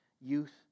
youth